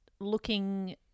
looking